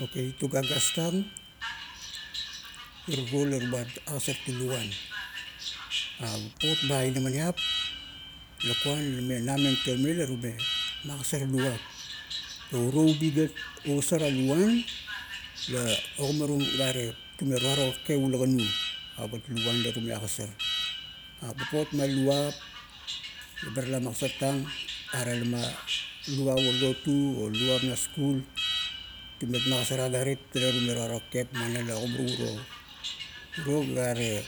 Okay, tuga gastang, irie ruo la buat agasar-tung luan. A, papot ma inamaniap lakuan lame nameng toime la rume magasaar luap. Ga urio ubi gat, ugasar a laun, la ogimarung gare, tume turo kakep ulakanu avat luan la tume agosar. Papot ma luvap, laba tala magosartang, are lama luvap o lotu o, luvap na school, tumet magasar agarit tale rume ruaro kakep, muana la ogimarung uro, uro gare